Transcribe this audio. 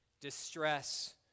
distress